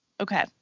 Okay